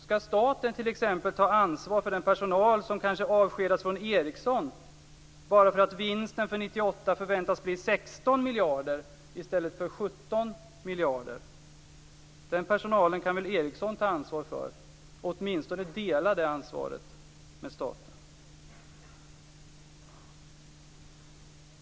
Skall staten t.ex. ta ansvar för den personal som avskedas från Ericsson bara för att vinsten för 1998 förväntas bli 16 miljarder i stället för 17 miljarder? Den personalen kan väl Ericsson ta ansvar för - åtminstone dela ansvaret med staten.